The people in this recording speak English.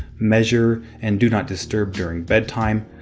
measure, and do not disturb during bedtime,